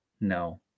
No